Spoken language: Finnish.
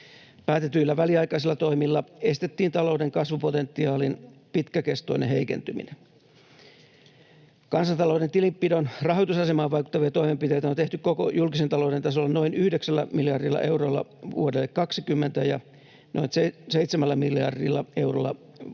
Päätetyillä väliaikaisilla toimilla estettiin talouden kasvupotentiaalin pitkäkestoinen heikentyminen. Kansantalouden tilinpidon rahoitusasemaan vaikuttavia toimenpiteitä on tehty koko julkisen talouden tasolla noin 9 miljardilla eurolla vuodelle 20 ja noin 7 miljardilla eurolla vuodelle